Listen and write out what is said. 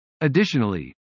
Additionally